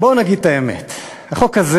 בואו נגיד את האמת: החוק הזה